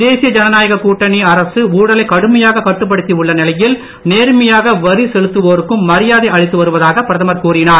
தேசிய ஜனநாயக கூட்டணி அரசு ஊழலை கடுமையாக கட்டுப்படுத்தி உள்ள நிலையில் நேர்மையாக வரி செலுத்துவோருக்கும் மரியாதை அளித்து வருவதாக பிரதமர் கூறினார்